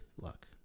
luck